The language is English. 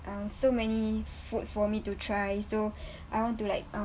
um so many food for me to try so I want to like um